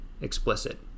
explicit